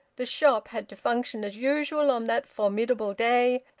the shop had to function as usual on that formidable day,